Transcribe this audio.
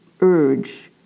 urge